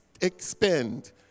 expend